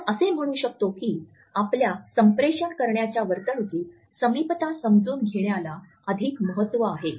आपण असे म्हणू शकतो की आपल्या संप्रेषण करण्याच्या वर्तणुकीत समीपता समजून घेण्याला अधिक महत्त्व आहे